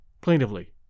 plaintively